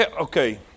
Okay